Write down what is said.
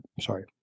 sorry